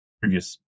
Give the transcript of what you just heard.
previous